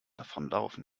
davonlaufen